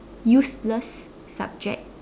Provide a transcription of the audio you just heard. useless subject